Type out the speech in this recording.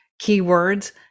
keywords